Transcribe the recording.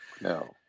No